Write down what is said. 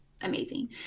amazing